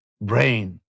brain